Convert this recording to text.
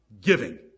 giving